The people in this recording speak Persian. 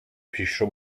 پیشرو